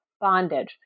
bondage